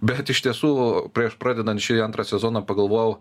bet iš tiesų prieš pradedant šį antrą sezoną pagalvojau